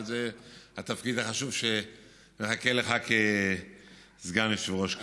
וזה התפקיד החשוב שמחכה לך כסגן יושב-ראש כנסת.